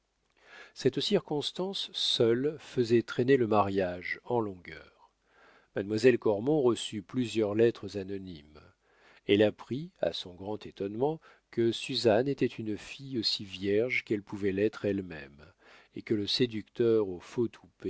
cette circonstance seule faisait traîner le mariage en longueur mademoiselle cormon reçut plusieurs lettres anonymes elle apprit à son grand étonnement que suzanne était une fille aussi vierge qu'elle pouvait l'être elle-même et que le séducteur